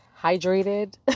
Hydrated